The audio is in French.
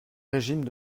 régime